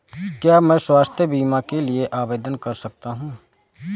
क्या मैं स्वास्थ्य बीमा के लिए आवेदन कर सकता हूँ?